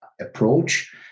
approach